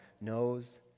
knows